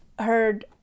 heard